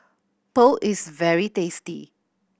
pho is very tasty